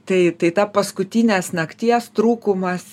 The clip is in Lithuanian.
tai tai ta paskutinės nakties trūkumas